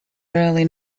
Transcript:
really